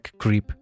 Creep